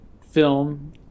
film